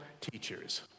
teachers